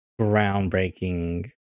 Groundbreaking